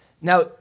Now